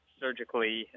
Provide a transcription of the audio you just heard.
surgically